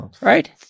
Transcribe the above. Right